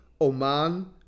Oman